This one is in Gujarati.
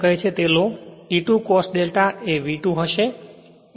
તેથી E 2 cos δ એ V2 હશે